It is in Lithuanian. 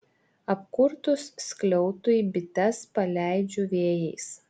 apkurtus skliautui bites paleidžiu vėjais